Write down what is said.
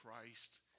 Christ